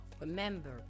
Remember